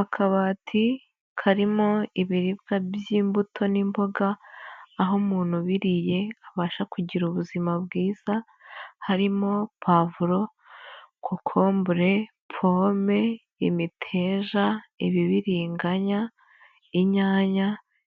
Akabati karimo ibiribwa by'imbuto n'imboga, aho umuntu ubiriye abasha kugira ubuzima bwiza, harimo: pavuro kokombure, pome, imiteja, ibibiriganya, inyanya